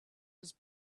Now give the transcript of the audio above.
his